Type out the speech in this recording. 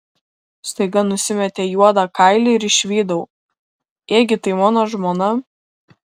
staiga nusimetė juodą kailį ir išvydau ėgi tai mano žmona